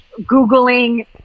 Googling